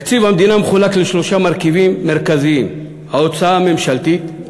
תקציב המדינה מחולק לשלושה מרכיבים מרכזיים: ההוצאה הממשלתית,